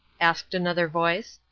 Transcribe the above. asked another voice.